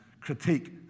critique